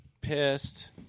pissed